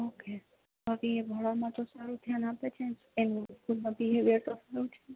okay બાકી ભણવામાં તો સારું ધ્યાન આપે છે ને એનું સ્કૂલમાં બિહેવ્યર તો સારું છે